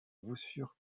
voussure